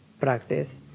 practice